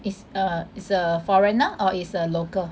is a is a foreigner or is a local